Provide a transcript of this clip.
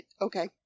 Okay